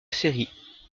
série